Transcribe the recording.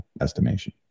estimation